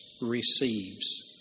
receives